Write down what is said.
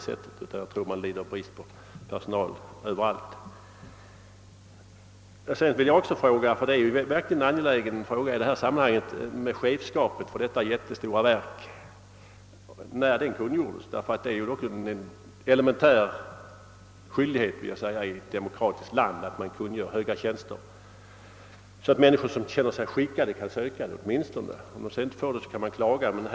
Sedan vill jag också fråga hur det är med chefskapet i detta jätteverk. Det är en mycket angelägen fråga i sammanhanget. En elementär skyldighet för ett demokratiskt samhälle är ju att bekantgöra lediga, höga tjänster, så att de människor som känner sig skickade att söka tjänsterna kan göra det — eller överklaga om de sedan inte får en tjänst.